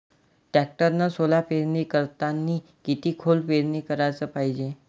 टॅक्टरनं सोला पेरनी करतांनी किती खोल पेरनी कराच पायजे?